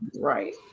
right